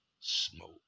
smoke